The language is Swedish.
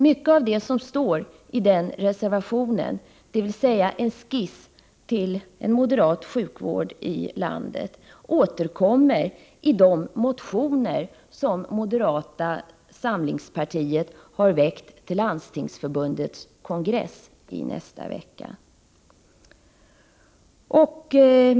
Mycket av det som står i den reservationen, dvs. en skiss till en moderat sjukvård i landet, återkommer i de motioner som moderata samlingspartiet har väckt till Landstingsförbundets kongress nästa vecka.